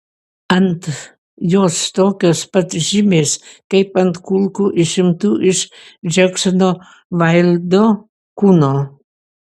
ant jos tokios pat žymės kaip ant kulkų išimtų iš džeksono vaildo kūno